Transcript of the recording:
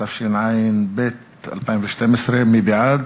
התשע"ב 2012. מי בעד?